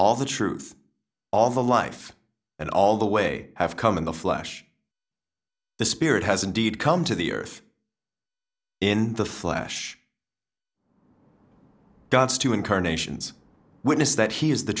all the truth all the life and all the way have come in the flesh the spirit has indeed come to the earth in the flash dance to incarnations witness that he is the